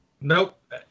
Nope